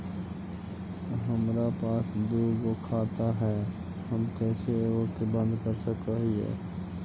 हमरा पास दु गो खाता हैं, हम कैसे एगो के बंद कर सक हिय?